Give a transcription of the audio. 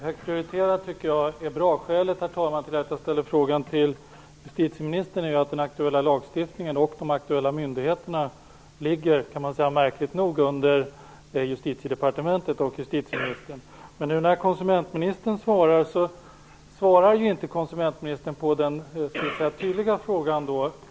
Herr talman! Att det är högt prioriterade frågor tycker jag är bra. Skälet till att jag ställde frågan till justitieministern är att den aktuella lagstiftningen och de aktuella myndigheterna märkligt nog ligger under Justitiedepartementet och justitieministern. Men nu när konsumentministern svarar svarar hon inte på den tydliga frågan.